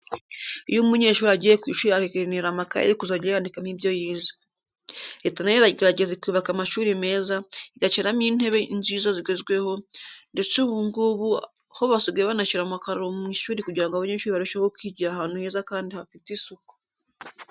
Iyo umunyeshuri agiye ku ishuri akenera amakayi yo kuzajya yandikamo ibyo yize. Leta na yo iragerageza ikubaka amashuri meza, igashyiramo intebe inziza zigezweho, ndetse ubu ngubu ho basigaye banashyira amakaro mu ishuri kugira ngo abanyeshuri barusheho kwigira ahantu heza kandi hafite isuku.